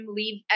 leave